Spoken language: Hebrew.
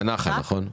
בנח"ל, נכון?